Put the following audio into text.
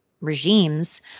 regimes